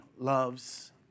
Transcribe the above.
loves